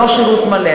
לא שירות מלא,